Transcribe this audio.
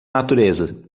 natureza